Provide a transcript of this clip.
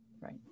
Right